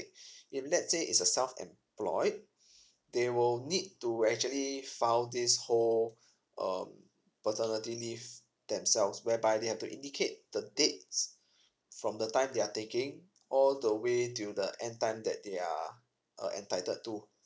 if let's say it's a self employed they will need to actually file this whole um paternity leave themselves whereby they have to indicate the dates from the time they are taking all the way to the end time that they are uh entitled to